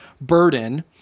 burden